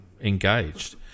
engaged